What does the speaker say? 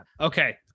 okay